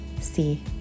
See